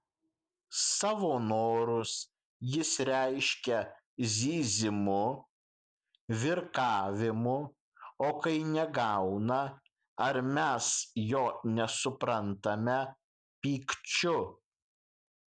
savo norus jis reiškia zyzimu virkavimu o kai negauna ar mes jo nesuprantame pykčiu